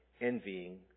envying